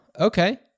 okay